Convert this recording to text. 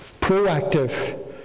proactive